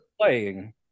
playing